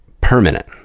permanent